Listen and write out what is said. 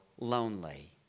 lonely